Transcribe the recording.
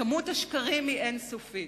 כמות השקרים היא אין-סופית,